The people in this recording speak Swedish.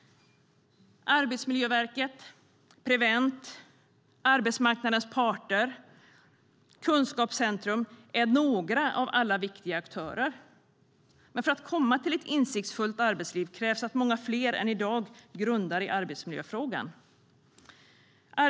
Arbetsmiljöverket, Prevent, arbetsmarknadens parter och Kunskapscentrum är några av alla viktiga aktörer. Men för att komma till ett insiktsfullt arbetsliv krävs att många fler än i dag grundar i arbetsmiljöfrågan.